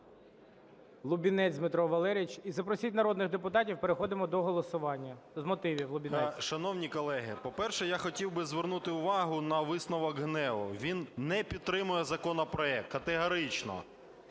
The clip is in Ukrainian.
Лубінець Дмитро Валерійович. І запросіть народних депутатів, переходимо до голосування. З мотивів - Лубінець. 13:37:51 ЛУБІНЕЦЬ Д.В. Шановні колеги, по-перше, я хотів би звернути увагу на висновок ГНЕУ: він не підтримує законопроект категорично.